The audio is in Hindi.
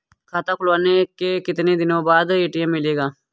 खाता खुलवाने के कितनी दिनो बाद ए.टी.एम मिलेगा?